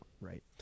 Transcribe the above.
Right